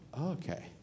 okay